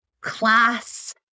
class